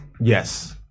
Yes